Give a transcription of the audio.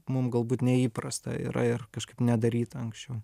mum galbūt neįprasta yra ir kažkaip nedaryta anksčiau